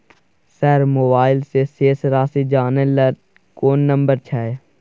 Sir mobile से शेस राशि जानय ल कोन नंबर छै?